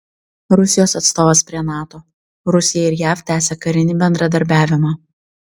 rusijos atstovas prie nato rusija ir jav tęsia karinį bendradarbiavimą